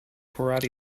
karate